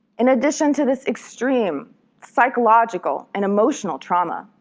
in addition to this extreme psychological and emotional trauma,